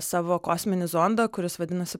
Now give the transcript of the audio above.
savo kosminį zondą kuris vadinasi